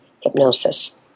hypnosis